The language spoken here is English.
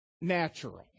natural